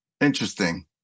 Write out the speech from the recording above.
Interesting